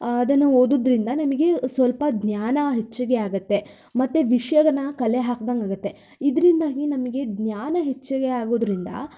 ಅದನ್ನು ಓದುದ್ರಿಂದ ನಮಗೆ ಸ್ವಲ್ಪ ಜ್ಞಾನ ಹೆಚ್ಚಿಗೆ ಆಗತ್ತೆ ಮತ್ತು ವಿಷಯನ ಕಲೆ ಹಾಕ್ದಂಗೆ ಆಗತ್ತೆ ಇದರಿಂದಾಗಿ ನಮಗೆ ಜ್ಞಾನ ಹೆಚ್ಚಿಗೆ ಆಗೋದ್ರಿಂದ